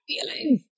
feelings